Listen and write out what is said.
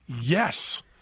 Yes